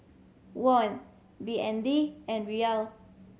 Won B N D and Riyal